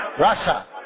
Russia